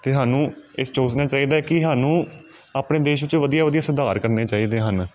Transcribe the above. ਅਤੇ ਸਾਨੂੰ ਇਸ ਸੋਚਨਾ ਚਾਹੀਦਾ ਹੈ ਕਿ ਸਾਨੂੰ ਆਪਣੇ ਦੇਸ਼ ਵਿੱਚ ਵਧੀਆ ਵਧੀਆ ਸੁਧਾਰ ਕਰਨੇ ਚਾਹੀਦੇ ਹਨ